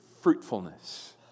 fruitfulness